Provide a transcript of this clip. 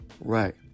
right